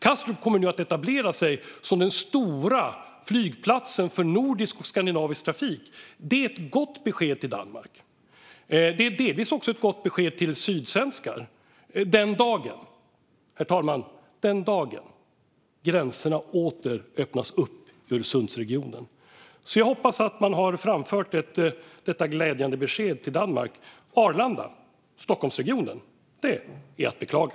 Kastrup kommer nu att etablera sig som den stora flygplatsen för nordisk och skandinavisk trafik. Det är ett gott besked till Danmark. Det är delvis också ett gott besked till sydsvenskar - den dagen, herr talman, gränserna åter öppnas i Öresundsregionen. Jag hoppas alltså att man har framfört detta glädjande besked till Danmark. Arlanda och Stockholmsregionen är att beklaga.